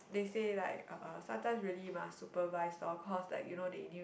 they say like uh sometimes really must supervise lor cause like you know they knew it